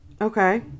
Okay